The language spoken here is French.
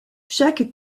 chaque